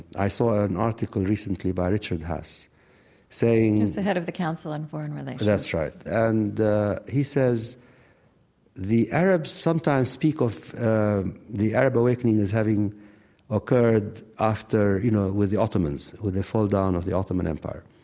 i saw an article recently by richard haas saying, he's the head of the council on foreign relations that's right, and he says the arabs sometimes speak of the arab awakening as having occurred after, you know, with the ottomans with the fall-down of the ottoman empire.